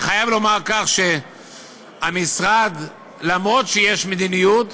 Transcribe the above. אני חייב לומר שהמשרד, אף שיש מדיניות,